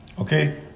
Okay